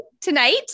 tonight